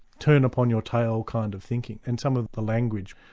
turn-upon-your-tail kind of thinking, and some of the language,